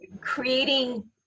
creating